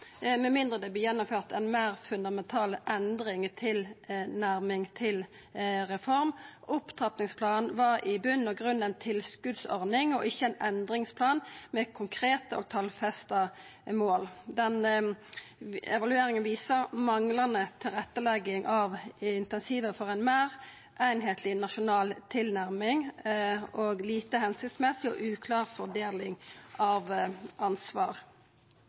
mindre det gjennomføres en mer fundamental endring i tilnærming til reform. Opptrappingsplanen var i bunn og grunn en tilskuddsordning og ikke en endringsplan med konkrete eller tallfestede mål». Evalueringa viser manglande tilrettelegging av insentiva for ei meir heilskapleg nasjonal tilnærming og ei lite hensiktsmessig og uklar fordeling av ansvar.